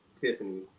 tiffany